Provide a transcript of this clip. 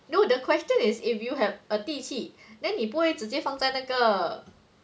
no the question is if you have a 地契 then 你不会直接放在那个